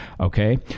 Okay